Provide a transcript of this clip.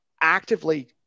actively